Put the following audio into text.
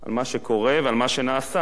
מה שקורה ומה שנעשה